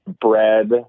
bread